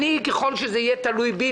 ככל שזה יהיה תלוי בי,